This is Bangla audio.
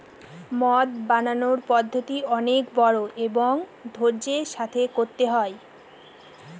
মদ বানানোর পদ্ধতি অনেক বড়ো এবং ধৈর্য্যের সাথে করতে হয়